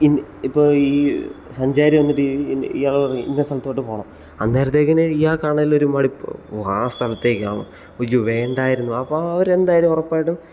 ഇപ്പോൾ ഈ സഞ്ചാരി വന്നിട്ട് ഇയാൾ പറയും ഇന്ന സ്ഥലത്തോട്ട് പോകണം അന്നേരത്തേക്കിന് ഇയാൾക്കാണെങ്കിലും ഒരു മടുപ്പ് ഓ ആ സ്ഥലത്തേക്കാണോ അയ്യോ വേണ്ടായിരുന്നു അപ്പം അവരെന്തായാലും ഉറപ്പായിട്ടും